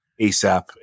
ASAP